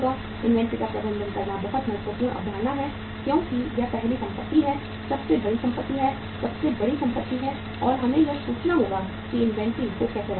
inventory का प्रबंधन करना बहुत महत्वपूर्ण अवधारणा है क्योंकि यह पहली संपत्ति है सबसे बड़ी संपत्ति है सबसे बड़ी संपत्ति है और हमें यह सोचना होगा कि इन्वेंट्री को कैसे रखा जाए